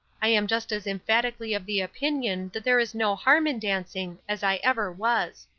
i am just as emphatically of the opinion that there is no harm in dancing as i ever was.